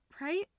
Right